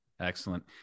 Excellent